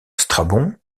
strabon